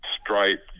stripe